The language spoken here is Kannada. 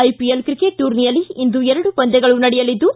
ಐಪಿಎಲ್ ಕ್ರಿಕೆಟ್ ಟೂನಿರ್ಯಲ್ಲಿ ಇಂದು ಎರಡು ಪಂದ್ಯಗಳು ನಡೆಯಲಿದ್ದು